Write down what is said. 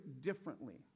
differently